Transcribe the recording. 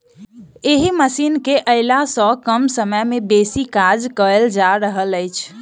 एहि मशीन केअयला सॅ कम समय मे बेसी काज कयल जा रहल अछि